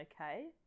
okay